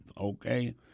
okay